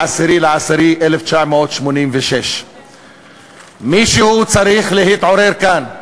ב-10 באוקטובר 1986. מישהו צריך להתעורר כאן.